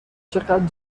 چقدر